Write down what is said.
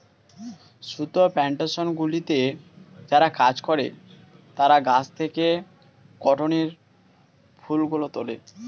সুতো প্ল্যানটেশনগুলিতে যারা কাজ করে তারা গাছ থেকে কটনের ফুলগুলো তোলে